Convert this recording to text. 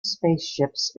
spaceships